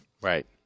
Right